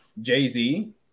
Jay-Z